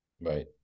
Right